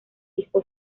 fijó